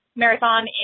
marathon